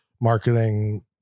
marketing